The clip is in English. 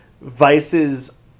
Vice's